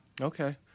Okay